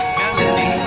melody